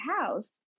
house